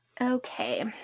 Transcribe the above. Okay